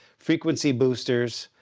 frequency but ioosters,